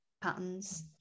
patterns